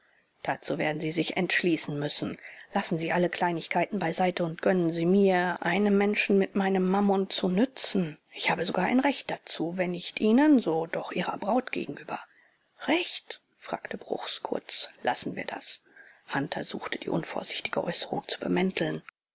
dazu werden sie sich entschließen müssen lassen sie alle kleinlichkeiten beiseite und gönnen sie mir einem menschen mit meinem mammon zu nützen ich habe sogar ein recht dazu wenn nicht ihnen so doch ihrer braut gegenüber recht fragte bruchs kurz lassen wir das hunter suchte die unvorsichtige äußerung zu bemänteln